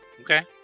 Okay